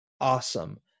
awesome